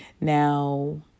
Now